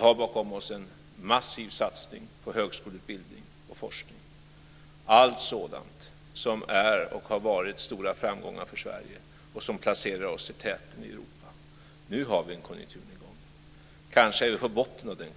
och en massiv satsning på högskoleutbildning och forskning. Det är allt sådant som är och har varit stora framgångar för Sverige och som placerar Sverige i täten i Nu har vi en konjunkturnedgång. Kanske är vi på botten av den.